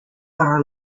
are